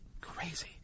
Crazy